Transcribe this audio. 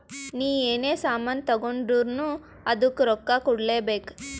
ನೀ ಎನೇ ಸಾಮಾನ್ ತಗೊಂಡುರ್ನೂ ಅದ್ದುಕ್ ರೊಕ್ಕಾ ಕೂಡ್ಲೇ ಬೇಕ್